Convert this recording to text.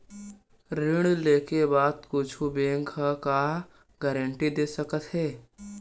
ऋण लेके बाद कुछु बैंक ह का गारेंटी दे सकत हे?